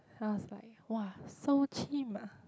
then I was like !wah! so chim ah